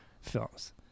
films